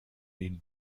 ihn